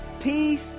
peace